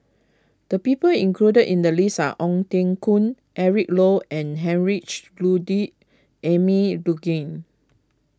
the people included in the list are Ong Teng Koon Eric Low and Heinrich Ludwig Emil Luering